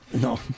No